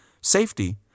safety